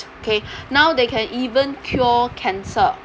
okay now they can even cure cancer